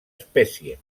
espècie